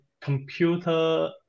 computer